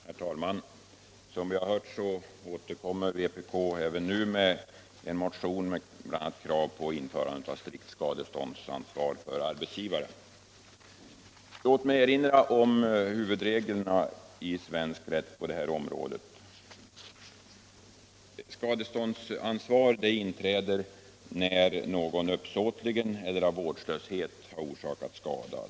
Herr talman! Som vi hört återkommer vpk även nu med en motion innehållande bl.a. krav på införande av strikt skadeståndsansvar för arbetsgivaren. Låt mig erinra om huvudreglerna i svensk rätt på det här området. Skadeståndsansvar inträder när någon uppsåtligt eller av vårdslöshet har Nr 28 orsakat skada.